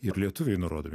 ir lietuviai nurodomi